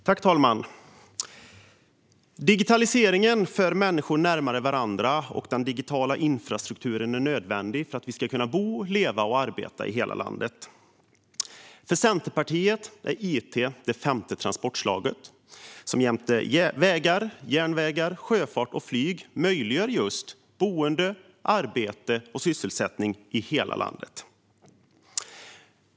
Fru talman! Digitaliseringen för människor närmare varandra, och den digitala infrastrukturen är nödvändig för att vi ska kunna bo, leva och arbeta i hela landet. För Centerpartiet är it det femte transportslaget, som jämte vägar, järnvägar, sjöfart och flyg möjliggör just boende, arbete och sysselsättning i hela landet.